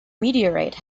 meteorite